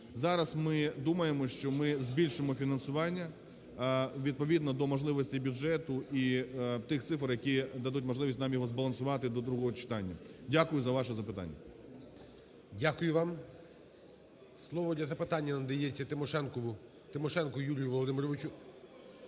Зараз ми думаємо, що ми збільшимо фінансування, відповідно до можливостей бюджету і тих цифр, які дадуть можливість нам його збалансувати до другого читання. Дякую за ваше запитання. ГОЛОВУЮЧИЙ. Дякую вам. Слово для запитання надається Тимошенку Юрію Володимировичу.